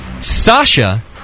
Sasha